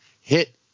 hit